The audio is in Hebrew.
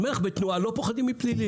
אני אומר לך, בתנועה לא פוחדים מפלילי.